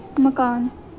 मकान